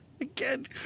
again